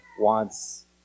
wants